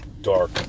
dark